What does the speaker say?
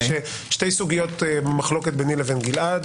יש שתי סוגיות מחלוקת ביני לבין גלעד